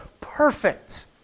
perfect